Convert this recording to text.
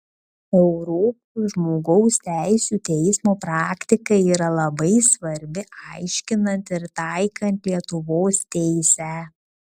europos žmogaus teisių teismo praktika yra svarbi aiškinant ir taikant lietuvos teisę